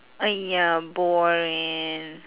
!aiya! boring